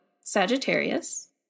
Sagittarius